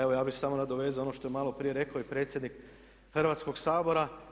Evo ja bih se samo nadovezao ono što je malo prije rekao i predsjednik Hrvatskog sabora.